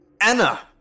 Anna